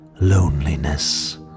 loneliness